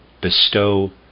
bestow